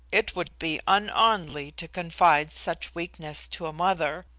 it would be un-anly to confide such weakness to a mother.